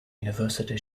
university